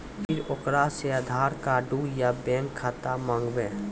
फिर ओकरा से आधार कद्दू या बैंक खाता माँगबै?